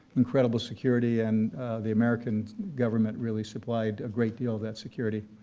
incredible security and the american government really supplied a great deal of that security.